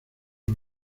los